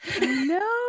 no